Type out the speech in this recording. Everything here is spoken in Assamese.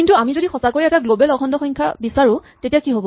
কিন্তু আমি যদি সচাঁকৈয়ে এটা গ্লৱেল অখণ্ড সংখ্যা বিচাৰো তেতিয়া কি হ'ব